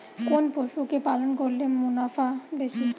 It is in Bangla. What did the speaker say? কোন পশু কে পালন করলে মুনাফা বেশি?